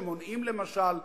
שמונעים למשל,